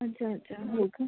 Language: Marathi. अच्छा अच्छा हो का